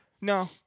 No